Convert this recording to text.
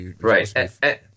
Right